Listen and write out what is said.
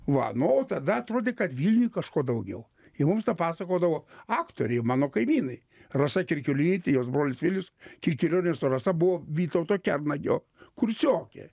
va nu o tada atrodė kad vilniuj kažko daugiau ir mums tą pasakodavo aktoriai mano kaimynai rasa kirkilionytė jos brolis vilius kirkilionis o rasa buvo vytauto kernagio kursiokė